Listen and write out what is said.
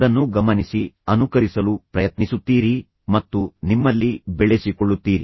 ಅದನ್ನು ಗಮನಿಸಿ ಅನುಕರಿಸಲು ಪ್ರಯತ್ನಿಸುತ್ತೀರಿ ಮತ್ತು ನಿಮ್ಮಲ್ಲಿ ಬೆಳೆಸಿಕೊಳ್ಳುತ್ತೀರಿ